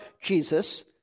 Jesus